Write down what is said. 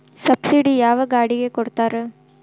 Subsidy ಯಾವ ಗಾಡಿಗೆ ಕೊಡ್ತಾರ?